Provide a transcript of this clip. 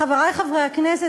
חברי חברי הכנסת,